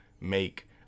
make